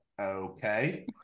Okay